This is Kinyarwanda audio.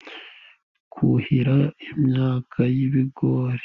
Abantu bari kuhira ibigori bifashishije umupira .